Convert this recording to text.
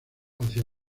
hacia